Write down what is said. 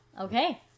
okay